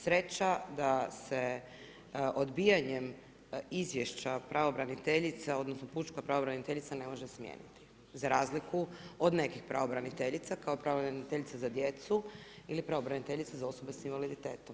Sreća da se odbijanjem izvješća pravobraniteljica, odnosno, pučka pravobraniteljica ne može smijeniti, za razliku od nekih pravobraniteljica, kao pravobraniteljica za djecu ili pravobraniteljica osoba sa invaliditetom.